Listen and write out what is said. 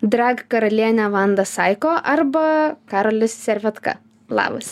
drag karalienė vanda saiko arba karolis servedka labas